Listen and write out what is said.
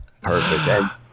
Perfect